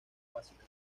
básica